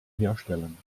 herstellen